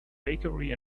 bakery